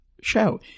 Show